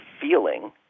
feeling